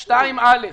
לא התקבלה.